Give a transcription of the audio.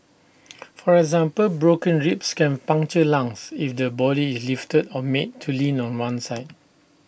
for example broken ribs can puncture lungs if the body is lifted or made to lean on one side